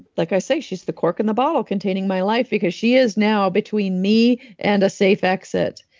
like i say, she's the cork in the bottle containing my life, because she is now between me and a safe exit.